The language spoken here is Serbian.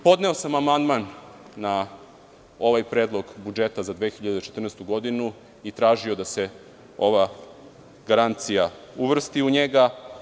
Podneo sam amandman na ovaj predlog budžeta za 2014. godinu i tražio da se ova garancija uvrsti u njega.